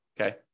Okay